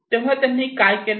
तेव्हा त्यांनी काय केले